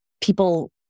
people